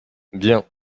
viens